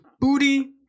booty